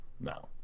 no